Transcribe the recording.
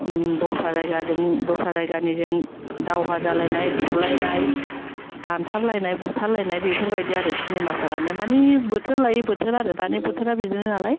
दस्रा जायगाजों दस्रा जायगानिजों दावहा जालायना बुलायनाय दानथारलायनाय बुथारलायनाय बेफोरबायदि आरो सिनिमा फोरानो मानि बोथोर लायै बोथोर आरो दानि बोथोरा बिदिनोनालाय